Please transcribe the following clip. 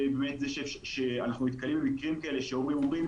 אנחנו נתקלים במקרים כאלה שההורים אומרים